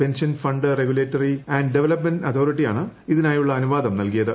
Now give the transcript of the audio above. pension fund regulatory and development അതോറിറ്റിയാണ് ഇതിനായുള്ള അനുവാദം നൽകിയത്